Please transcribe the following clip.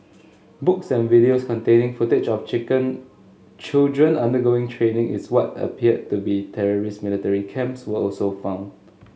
books and videos containing footage of chicken children undergoing training is what appeared to be terrorist military camps were also found